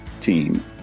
team